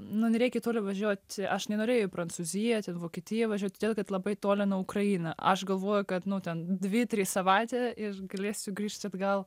nu nereikia toli važiuot aš nenorėjau į prancūziją vokietiją važiuot todėl kad labai toli nuo ukraina aš galvojau kad ten dvi trys savaitė ir galėsiu grįžt atgal